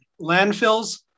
Landfills